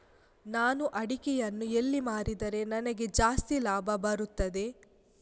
ನಾನು ಅಡಿಕೆಯನ್ನು ಎಲ್ಲಿ ಮಾರಿದರೆ ನನಗೆ ಜಾಸ್ತಿ ಲಾಭ ಬರುತ್ತದೆ?